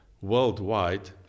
worldwide